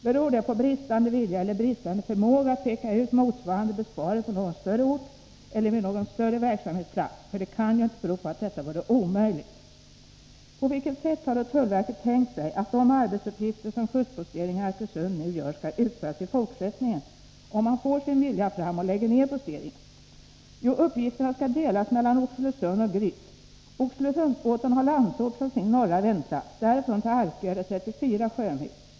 Beror det på bristande vilja eller bristande förmåga att peka ut motsvarande besparing på någon större ort eller vid någon större verksamhetsplats? För det kan ju inte bero på att detta vore omöjligt. På vilket sätt har då tullverket tänkt sig att de arbetsuppgifter som kustposteringen i Arkösund nu gör skall utföras i fortsättningen, om man får sin vilja fram och lägger ner posteringen? Jo, uppgifterna skall delas mellan Oxelösund och Gryt. Oxelösundsbåten har Landsort som sin norra vändplats. Därifrån till Arkö är det 34 sjömil.